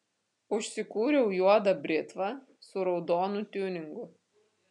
užsikūriau juodą britvą su raudonu tiuningu